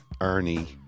Ernie